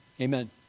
Amen